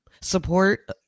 support